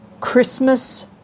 Christmas